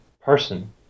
person